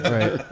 Right